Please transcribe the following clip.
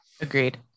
Agreed